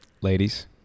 ladies